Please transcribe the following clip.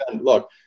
Look